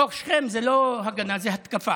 בתוך שכם זה לא הגנה, זה התקפה.